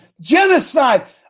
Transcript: genocide